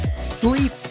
sleep